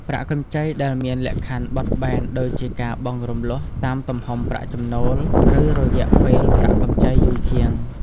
ប្រាក់កម្ចីដែលមានលក្ខខណ្ឌបត់បែនដូចជាការបង់រំលោះតាមទំហំប្រាក់ចំណូល ឬរយៈពេលប្រាក់កម្ចីយូរជាង ។